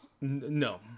No